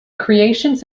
creations